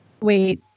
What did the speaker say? Wait